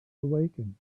awaken